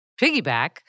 piggyback